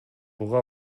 буга